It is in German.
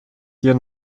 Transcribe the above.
hier